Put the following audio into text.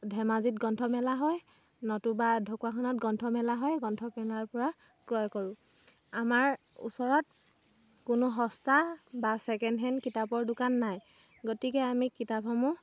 ধেমাজিত গ্ৰন্থমেলা হয় নতুবা ঢকুৱাখানাত গ্ৰন্থমেলা হয় গ্ৰন্থমেলাৰ পৰা ক্ৰয় কৰোঁ আমাৰ ওচৰত কোনো সস্তা বা চেকেণ্ড হেণ্ড কিতাপৰ দোকান নাই গতিকে আমি কিতাপসমূহ